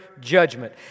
judgment